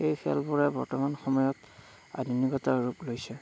এই খেলবোৰে বৰ্তমান সময়ত আধুনিকতাৰ ৰূপ লৈছে